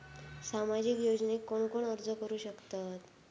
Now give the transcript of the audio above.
सामाजिक योजनेक कोण कोण अर्ज करू शकतत?